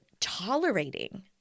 tolerating